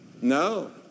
No